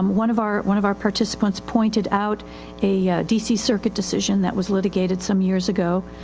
um one of our, one of our participants pointed out a dc circuit decision that was litigated some years ago.